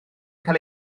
cael